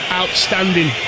outstanding